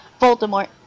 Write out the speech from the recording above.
Voldemort